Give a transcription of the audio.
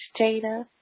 Jada